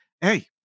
hey